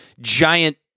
giant